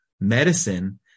medicine